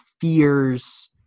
fears